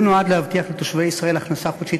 והוא נועד להבטיח לתושבי ישראל הכנסה חודשית